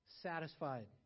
Satisfied